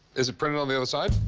is it printed on the other side?